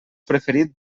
preferit